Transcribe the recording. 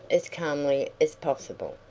as calmly as possible.